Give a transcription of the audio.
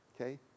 Okay